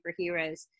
superheroes